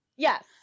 Yes